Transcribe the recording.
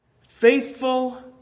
faithful